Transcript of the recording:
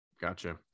Gotcha